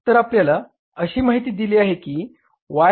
तर आपल्याला अशी माहिती दिली आहे की Y